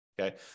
okay